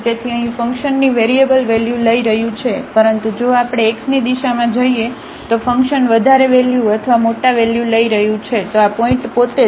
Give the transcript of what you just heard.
તેથી અહીં ફંક્શન ની વેરિયેબલ વેલ્યુ લઈ રહ્યું છે પરંતુ જો આપણે x ની દિશામાં જઈએ તો ફંકશન વધારે વેલ્યુ અથવા મોટા વેલ્યુ લઈ રહ્યું છે તો આ પોઇન્ટ પોતે જ